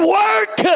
work